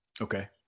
Okay